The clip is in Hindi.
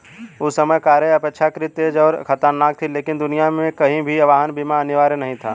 उस समय कारें अपेक्षाकृत तेज और खतरनाक थीं, लेकिन दुनिया में कहीं भी वाहन बीमा अनिवार्य नहीं था